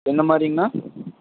என்ன மாரிங்கண்ணா